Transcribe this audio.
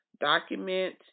document